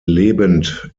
lebend